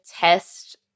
test